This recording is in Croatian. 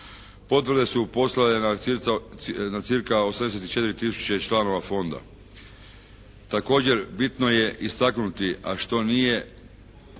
Potvrde su poslane na cirka 84 tisuće članova Fonda. Također bitno je istaknuti a što nije